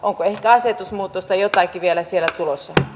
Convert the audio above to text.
onko ehkä asetusmuutos tai jotakin vielä sieltä tulossa